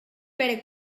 better